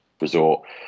resort